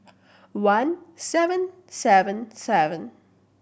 one seven seven seven